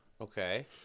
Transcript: Okay